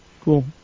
Cool